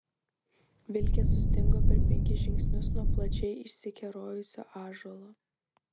vilkė sustingo per penkis žingsnius nuo plačiai išsikerojusio ąžuolo